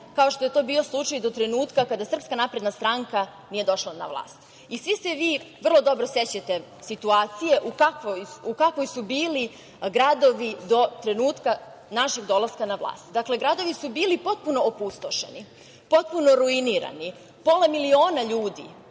kao što je to bio slučaj do trenutka kada SNS nije došla na vlast. Svi se vi vrlo dobro sećate situacije u kakvoj su bili gradovi do trenutka našeg dolaska na vlast. Dakle, gradovi su bili potpuno opustošeni, potpuno ruinirani. Pola miliona ljudi